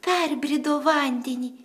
perbrido vandenį